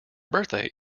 birthday